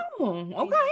okay